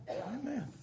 Amen